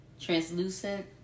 translucent